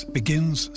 begins